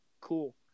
Cool